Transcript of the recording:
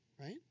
right